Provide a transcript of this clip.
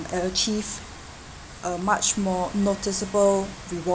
achieve a much more noticeable reward